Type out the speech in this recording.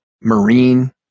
Marine